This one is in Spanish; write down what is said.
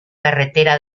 carretera